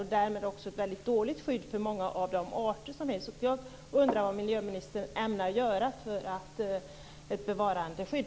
Därmed har vi också ett mycket dåligt skydd för de arter som finns. Vad ämnar miljöministern göra för ett bevarandeskydd?